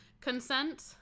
Consent